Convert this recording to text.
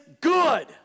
good